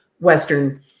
Western